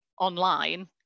online